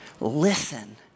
Listen